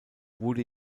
wurde